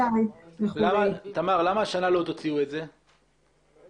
למה השנה לא תוציאו את זה כמדד?